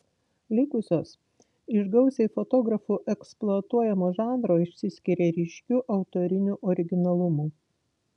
likusios iš gausiai fotografų eksploatuojamo žanro išsiskiria ryškiu autoriniu originalumu